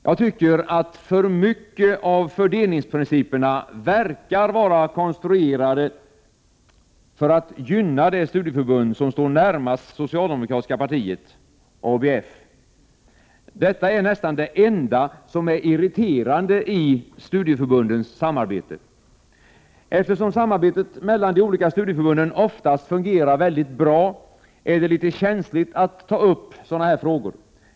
Jag tycker att alltför många av fördelningsprinciperna verkar vara konstruerade för att gynna det studieförbund som står närmast det socialdemokratiska partiet, ABF. Det är nästan det enda som är irriterande i studieförbundens samarbete. Eftersom samarbetet mellan de olika studieförbunden oftast fungerar väldigt bra, är det litet känsligt att ta upp sådana här frågor.